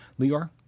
Lior